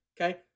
Okay